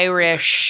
Irish